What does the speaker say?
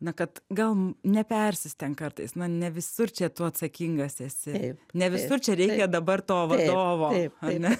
na kad gal nepersistenk kartais na ne visur čia tu atsakingas esi ne visur čia reikia dabar to vadovo ar ne